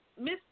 Miss